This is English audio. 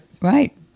Right